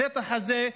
בשטח הזה,